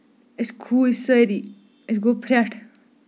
أسۍ کھوٗژۍ سٲری اَسہِ گوٚو پھریٹھ